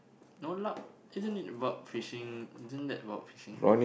no luck isn't it about fishing isn't that about fishing